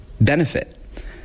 benefit